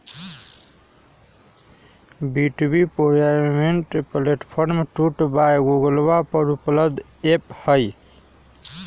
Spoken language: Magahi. B two B procurement platform tool by गूगलवा पर उपलब्ध ऐप हई